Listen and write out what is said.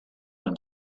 have